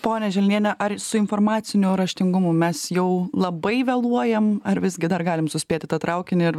ponia želniene ar su informaciniu raštingumu mes jau labai vėluojam ar visgi dar galim suspėt į tą traukinį ir